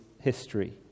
history